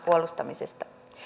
puolustamisesta